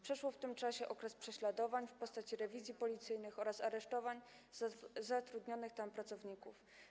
Przeszło w tym czasie okres prześladowań w postaci rewizji policyjnych oraz aresztowań zatrudnionych tam pracowników.